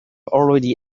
already